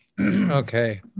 okay